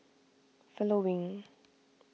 following